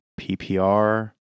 PPR